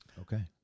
Okay